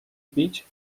bić